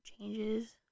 changes